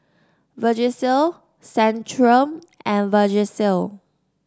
Vagisil Centrum and Vagisil